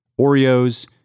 oreos